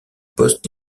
post